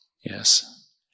Yes